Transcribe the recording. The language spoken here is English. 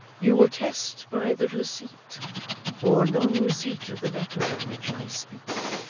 you will test by the receipt or non-receipt of the letter of which i speak.